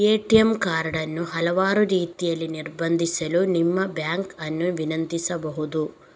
ATM card ಅನ್ನು ಹಲವಾರು ರೀತಿಯಲ್ಲಿ ನಿರ್ಬಂಧಿಸಲು ನಿಮ್ಮ ಬ್ಯಾಂಕ್ ಅನ್ನು ವಿನಂತಿಸಬಹುದು